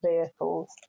vehicles